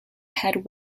head